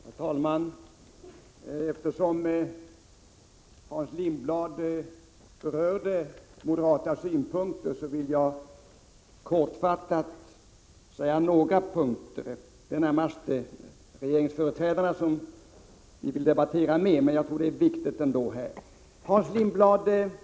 Herr talman! Eftersom Hans Lindblad berörde moderata synpunkter vill jag kortfattat bemöta honom. Det är närmast regeringens företrädare som vi vill debattera med, men jag tror att det är viktigt att bemöta Hans Lindblad på dessa punkter.